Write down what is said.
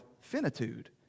finitude